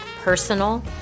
personal